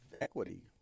equity